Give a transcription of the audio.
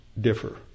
differ